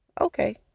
Okay